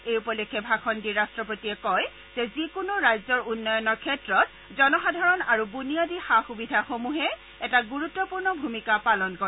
এই উপলক্ষে ভাষণ দি ৰাষ্ট্ৰপতিয়ে কয় যে যিকোনো ৰাজ্যৰ উন্নয়নৰ ক্ষেত্ৰত জনসাধাৰণ আৰু বুনিয়াদী সা সুবিধাসমূহে এটা গুৰুত্বপূৰ্ণ ভূমিকা পালন কৰে